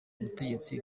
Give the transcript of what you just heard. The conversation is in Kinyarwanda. ubutegetsi